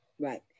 Right